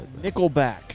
Nickelback